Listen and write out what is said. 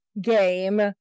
game